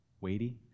weighty